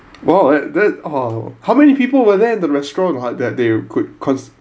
!wow! that that !ow! how many people were there in the restaurant ah that they could cons~